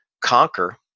conquer